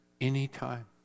anytime